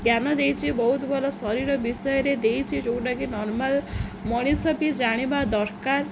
ଜ୍ଞାନ ଦେଇଛି ବହୁତ ଭଲ ଶରୀର ବିଷୟରେ ଦେଇଛି ଯେଉଁଟାକି ନର୍ମାଲ ମଣିଷ ବି ଜାଣିବା ଦରକାର